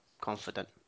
confident